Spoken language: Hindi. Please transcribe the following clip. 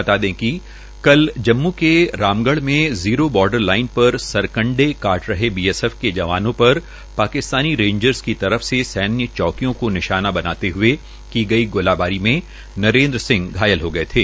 बता दे कि कल जम्मू में रामगढ़ में जीरो बार्डर लाइन पर सरकंडे काट रहे बीएसएफ के जवानों पर पाकिस्तान रेंजर्स की तरफ सैन्य चौकियों को निशाना बनाते हए की गई गोलाबारी में नरेन्द्र सिंह घायल हो गये थे